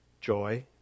joy